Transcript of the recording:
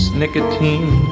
nicotine